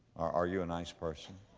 are you a nice person.